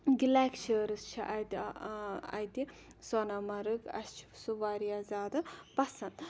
glaciers چھِ اَتہِ اَتہِ سۄنہ مَرٕگ اَسہِ چھُ سُہ واریاہ زیادٕ پَسَنٛد